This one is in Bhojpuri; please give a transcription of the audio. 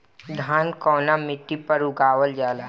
धान कवना मिट्टी पर उगावल जाला?